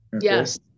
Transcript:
yes